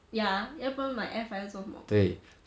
yeah 要不然买 air fryer 做什么